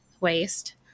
waste